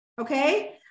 Okay